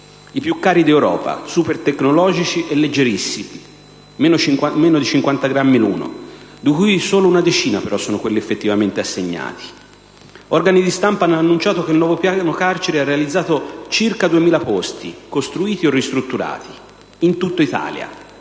(i più cari d'Europa, super tecnologici e leggerissimi, meno di 50 grammi l'uno), di cui solo una decina sono però quelli effettivamente assegnati. Organi di stampa hanno annunciato che il nuovo piano carceri ha realizzato circa 2.000 posti (costruiti o ristrutturati) in tutta Italia,